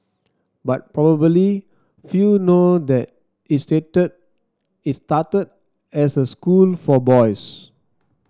but probably few know that it stated it started as a school for boys